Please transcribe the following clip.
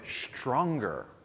stronger